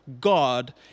God